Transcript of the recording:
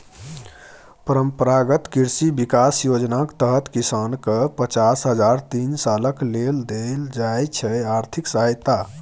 परंपरागत कृषि बिकास योजनाक तहत किसानकेँ पचास हजार तीन सालक लेल देल जाइ छै आर्थिक सहायता